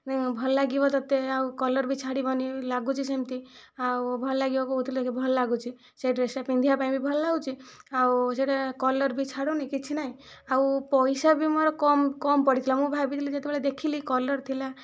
ଭଲ ଲାଗିବ ତୋତେ ଆଉ କଲର ବି ଛାଡ଼ିବନି ଲାଗୁଛି ସେମିତି ଆଉ ଭଲ ଲାଗିବ କହୁଥିଲେ ଭଲ ଲାଗୁଛି ସେଇ ଡ୍ରେସଟା ପିନ୍ଧିବା ପାଇଁ ବି ଭଲ ଲାଗୁଛି ଆଉ ସେଇଟା କଲର ବି ଛାଡ଼ୁନି କିଛି ନାଇଁ ଆଉ ପଇସା ବି ମୋର କମ କମ ପଡ଼ିଥିଲା ମୁଁ ଭାବିଥିଲି ଯେତେବେଳେ ଦେଖିଲି କଲର ଥିଲା